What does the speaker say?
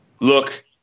Look